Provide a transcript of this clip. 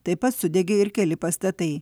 taip pat sudegė ir keli pastatai